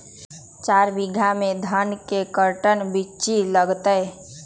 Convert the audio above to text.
चार बीघा में धन के कर्टन बिच्ची लगतै?